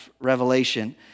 Revelation